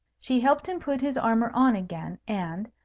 she helped him put his armour on again and,